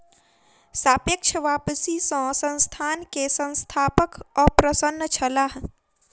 सापेक्ष वापसी सॅ संस्थान के संस्थापक अप्रसन्न छलाह